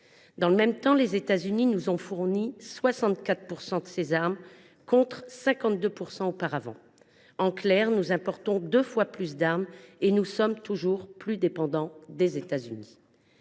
Dans le même temps, les États Unis nous ont fourni 64 % de ces armes, contre 52 % auparavant. En clair, nous importons deux fois plus d’armes et nous sommes toujours plus dépendants des États Unis.